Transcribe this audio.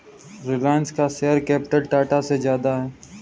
रिलायंस का share capital Tata से ज्यादा है